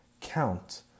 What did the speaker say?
count